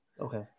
okay